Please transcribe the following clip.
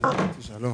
משרד